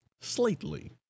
slightly